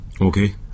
Okay